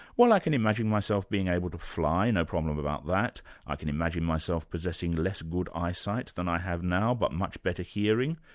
well i can imagine myself being able to fly no problem about that and i can imagine myself possessing less good eyesight than i have now but much better hearing.